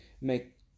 make